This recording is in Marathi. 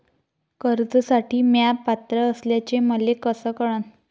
कर्जसाठी म्या पात्र असल्याचे मले कस कळन?